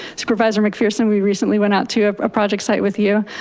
supervisor mcpherson, we recently went out to a project site with you.